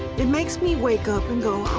it makes me wake up and go,